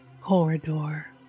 corridor